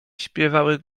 śpiewały